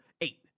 eight